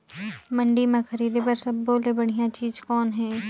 मंडी म खरीदे बर सब्बो ले बढ़िया चीज़ कौन हे?